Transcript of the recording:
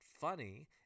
funny